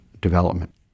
development